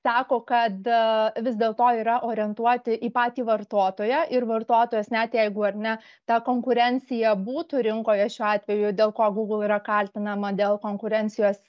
sako kad vis dėlto yra orientuoti į patį vartotoją ir vartotojas net jeigu ar ne ta konkurencija būtų rinkoje šiuo atveju dėl ko google yra kaltinama dėl konkurencijos